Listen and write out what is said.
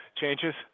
changes